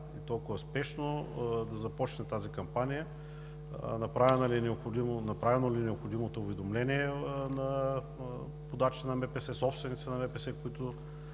и толкова спешно да започне тази кампания? Направено ли е необходимото уведомление на водачи и собственици на МПС, които